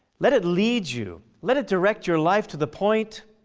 let it lead you, let it direct your life to the point,